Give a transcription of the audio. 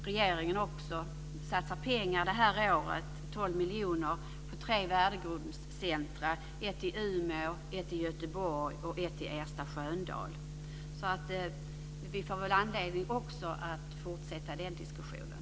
Regeringen satsar under det här året 12 miljoner kronor på tre värdegrundscentrer, ett i Umeå, ett i Göteborg och ett vid Ersta Sköndal. Vi får väl anledning att fortsätta den diskussionen.